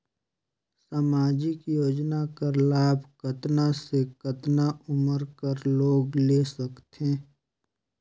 समाजिक योजना कर लाभ कतना से कतना उमर कर लोग ले सकथे?